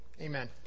amen